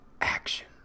action